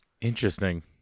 Interesting